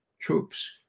troops